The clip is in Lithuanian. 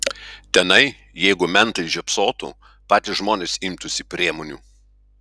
tenai jeigu mentai žiopsotų patys žmonės imtųsi priemonių